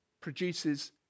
produces